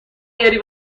درنیاری